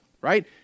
right